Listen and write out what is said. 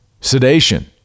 sedation